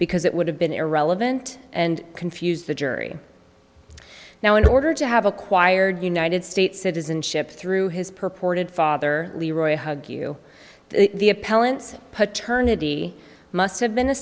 because it would have been irrelevant and confuse the jury now in order to have acquired united states citizenship through his purported father leroy hug you the appellant's paternity must have been